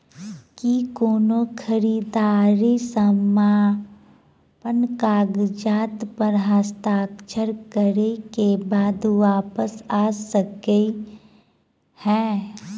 की कोनो खरीददारी समापन कागजात प हस्ताक्षर करे केँ बाद वापस आ सकै है?